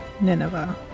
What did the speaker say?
Nineveh